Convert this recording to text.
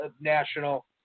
national